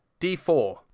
D4